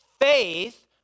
Faith